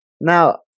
now